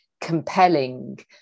compelling